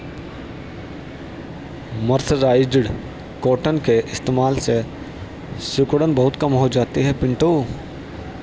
mercerised cotton के इस्तेमाल से सिकुड़न बहुत कम हो जाती है पिंटू